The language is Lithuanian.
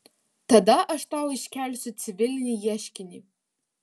tada aš tau iškelsiu civilinį ieškinį